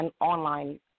online